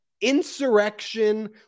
Insurrection